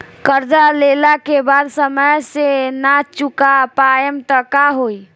कर्जा लेला के बाद समय से ना चुका पाएम त का होई?